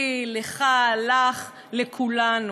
לי, לךָ, לךְ, לכולנו.